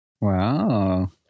Wow